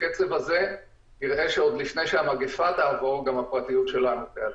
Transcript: בקצב הזה נראה שעוד לפני שהמגיפה תעבור גם הפרטיות שלנו תיעלם.